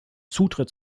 zutritt